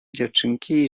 dziewczynki